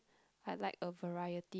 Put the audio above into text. I like a variety